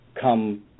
come –